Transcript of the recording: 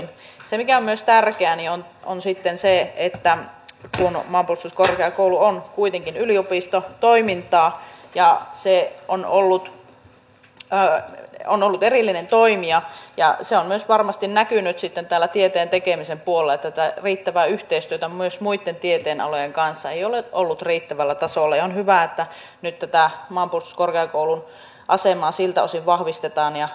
se mikä on myös tärkeää on se että kun maanpuolustuskorkeakoulu on kuitenkin yliopistotoimintaa ja se on ollut erillinen toimija ja se on myös varmasti näkynyt sitten tieteen tekemisen puolella että yhteistyö muitten tieteenalojen kanssa ei ole ollut riittävällä tasolla niin nyt tätä maanpuolustuskorkeakoulun asemaa siltä osin vahvistetaan